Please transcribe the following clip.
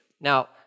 Now